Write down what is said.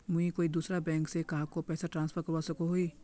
मुई कोई दूसरा बैंक से कहाको पैसा ट्रांसफर करवा सको ही कि?